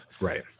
Right